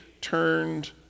turned